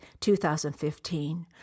2015